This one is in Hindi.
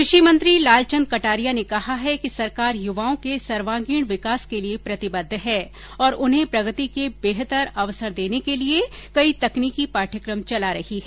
कृषि मंत्री लालचन्द कटारिया ने कहा है कि सरकार युवाओं के सर्वांगीण विकास के लिए प्रतिबद्ध है और उन्हें प्रगति के बेहतर अवसर देने के लिए कई तकनीकी पाठयकम चला रही है